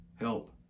help